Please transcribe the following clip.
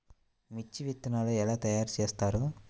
మిర్చి విత్తనాలు ఎలా తయారు చేస్తారు?